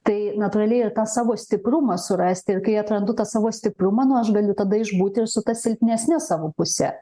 tai natūraliai ir tą savo stiprumą surasti ir kai atrandu tą savo stiprumą nu aš galiu tada išbūti ir su ta silpnesne savo puse